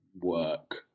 work